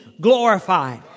glorified